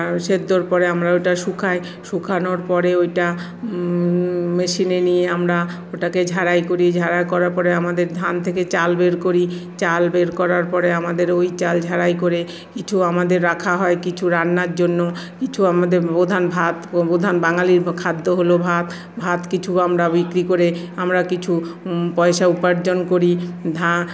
সেদ্ধর পরে আমরা ওটা শুকাই শুকানোর পরে ওইটা মেশিনে নিয়ে আমরা ওটাকে ঝারাই করি ঝারাই করার পরে আমাদের ধান থেকে চাল বের করি চাল বের করার পরে আমাদের ওই চাল ঝারাই করে কিছু আমাদের রাখা হয় কিছু রান্নার জন্য কিছু আমাদের প্রধান ভাত ও প্রধান বাঙালির খাদ্য হল ভাত ভাত কিছু আমরা বিক্রি করে আমরা কিছু পয়সা উপার্জন করি ধা